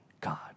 God